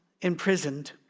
imprisoned